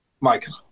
Michael